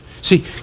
See